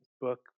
book